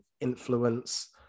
influence